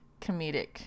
comedic